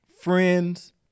friends